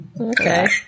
Okay